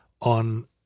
on